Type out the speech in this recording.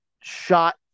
shot